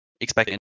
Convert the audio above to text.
expecting